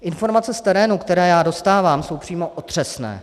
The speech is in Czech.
Informace z terénu, které dostávám, jsou přímo otřesné.